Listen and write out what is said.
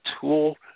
tool